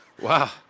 Wow